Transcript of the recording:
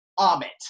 omit